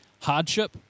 Hardship